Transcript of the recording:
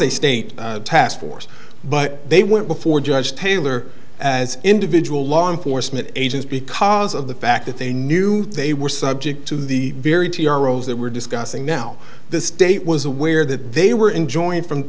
a state task force but they went before judge taylor as individual law enforcement agents because of the fact that they knew they were subject to the very t r roles that we're discussing now the state was aware that they were enjoined from